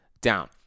down